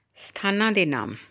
ਸਥਾਨਾਂ ਦੇ ਨਾਮ